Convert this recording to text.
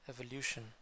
evolution